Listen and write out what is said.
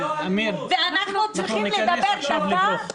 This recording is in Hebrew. ואנחנו צריכים לדבר דקה?